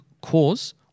cause